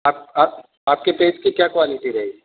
آپ آپ آپ کی پیج کی کیا کوالٹی رہے گی